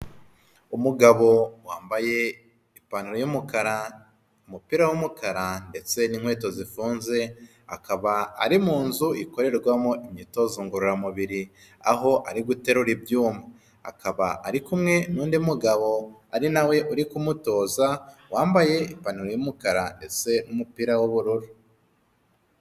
Umugabo wambaye ipantaro y'umukara, umupira w'umukara ndetse n'inkweto zifunze, akaba ari mu nzu ikorerwamo imyitozo ngororamubiri, aho ari guterura ibyuma. Akaba ari kumwe n'undi mugabo, ari na we uri kumutoza, wambaye ipantaro y'umukara ndetse n'umupira w'ubururu.